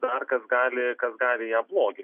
dar kas gali kas gali ją blogint